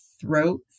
throat